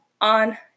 on